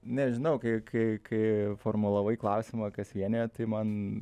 nežinau kai kai kai formulavai klausimą kas vienija tai man